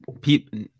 people